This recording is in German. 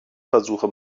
versuche